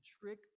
trick